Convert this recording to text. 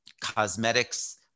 cosmetics